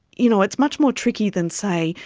you know, it's much more tricky than say,